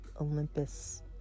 Olympus